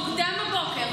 מוקדם בבוקר,